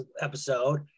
episode